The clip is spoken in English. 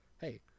Hey